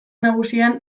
nagusian